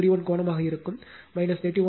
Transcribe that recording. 31 கோணமாக இருக்கும் 31